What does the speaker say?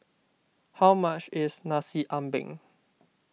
how much is Nasi Ambeng